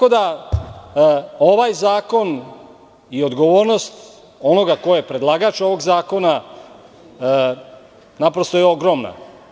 Ovaj zakon i odgovornost onoga ko je predlagač ovog zakona, naprosto je ogromna.